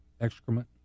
excrement